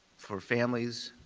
for families.